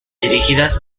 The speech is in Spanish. dirigidas